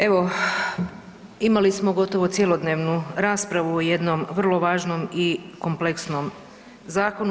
Evo imali smo gotovo cjelodnevnu raspravu o jednom vrlo važnom i kompleksnom zakonu.